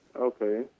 okay